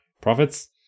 profits